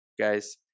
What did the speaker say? guys